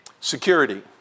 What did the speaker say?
security